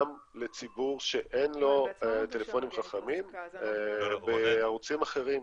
לציבור שאין לו טלפונים חכמים בערוצים אחרים.